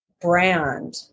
brand